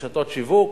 רשתות שיווק.